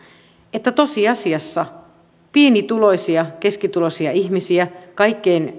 että tosiasiassa pienituloisia ja keskituloisia ihmisiä yhteiskunnan kaikkein